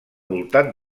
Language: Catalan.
voltant